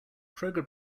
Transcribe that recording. kroger